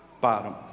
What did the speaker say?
bottom